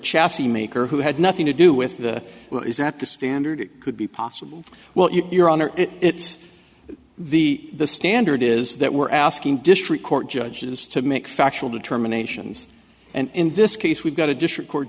chassis maker who had nothing to do with that is that the standard could be possible well your honor it's the the standard is that we're asking district court judges to make factual determination and in this case we've got a district court